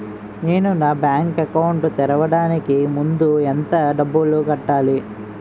నేను నా bank account తెరవడానికి ముందు ఎంత డబ్బులు కట్టాలి?